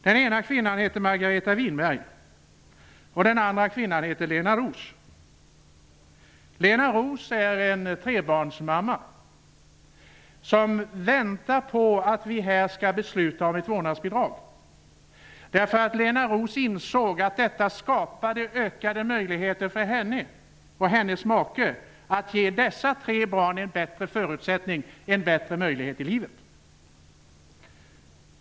Den ena kvinnan heter Margareta Winberg, och den andra kvinnan heter Lena Roos. Lena Roos är en trebarnsmamma som väntar på att vi här skall besluta om ett vårdnadsbidrag, därför att hon insett att det skapar ökade möjligheter för henne och hennes make att ge sina tre barn en bättre förutsättning, en bättre möjlighet i livet.